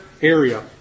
area